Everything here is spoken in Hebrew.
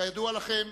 כידוע לכם,